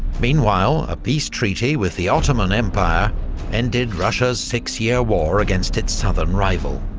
meanwhile a peace treaty with the ottoman empire ended russia's six-year war against its southern rival.